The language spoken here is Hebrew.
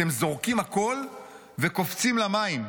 אתם זורקים הכול וקופצים למים.